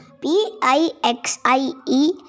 p-i-x-i-e